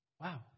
Wow